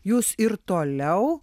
jūs ir toliau